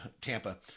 Tampa